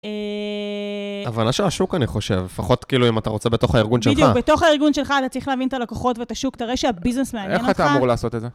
אההה, הבנה של השוק אני חושב, לפחות כאילו אם אתה רוצה בתוך הארגון שלך. בדיוק, בתוך הארגון שלך אתה צריך להבין את הלקוחות ואת השוק, אתה רואה שהביזנס מעניין אותך. איך אתה אמור לעשות את זה?